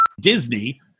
Disney